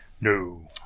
No